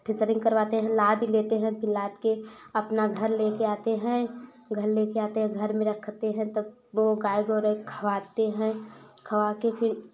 threshing करवाते हैं लाद लेते हैं फिर लाद कर अपना घर ले कर आते हैं घर ले कर आते हैं घर में रखते हैं तब वो गाय को खवाते हैं खवा कर फिर